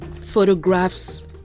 photographs